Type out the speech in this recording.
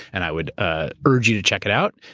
and i would ah urge you to check it out.